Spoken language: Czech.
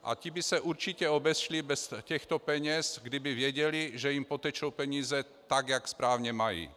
A ti by se určitě obešli bez těchto peněz, kdyby věděli, že jim potečou peníze tak, jak správně mají.